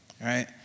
right